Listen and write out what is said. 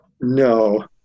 No